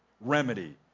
remedy